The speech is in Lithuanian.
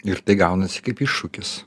ir tai gaunasi kaip iššūkis